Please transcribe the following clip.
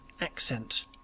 accent